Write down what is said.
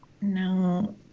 No